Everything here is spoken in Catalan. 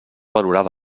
valorada